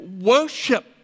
worship